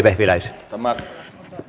arvoisa puhemies